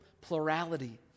plurality